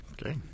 Okay